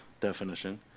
definition